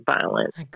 violence